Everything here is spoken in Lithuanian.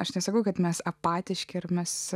aš nesakau kad mes apatiški ar mes